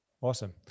Awesome